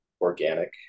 organic